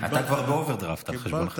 אתה כבר באוברדרפט על חשבונך.